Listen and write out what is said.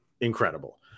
incredible